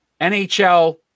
NHL